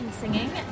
singing